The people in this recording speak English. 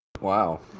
Wow